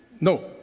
no